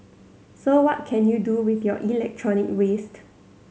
so what can you do with your electronic waste